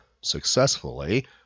successfully